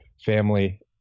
family